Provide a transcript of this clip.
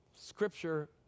Scripture